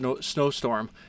snowstorm